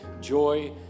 Joy